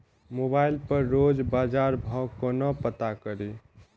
Mobile पर रोज बजार भाव कोना पता करि?